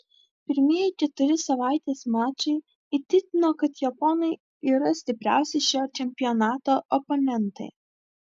pirmieji keturi savaitės mačai įtikino kad japonai yra stipriausi šio čempionato oponentai